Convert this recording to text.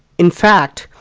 in fact,